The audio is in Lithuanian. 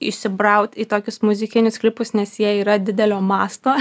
įsibraut į tokius muzikinius klipus nes jie yra didelio masto